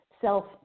self